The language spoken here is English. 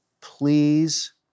please